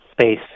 space